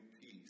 peace